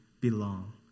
belong